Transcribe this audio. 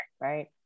Right